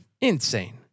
Insane